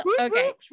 Okay